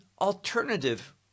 alternative